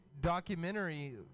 documentary